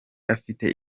afite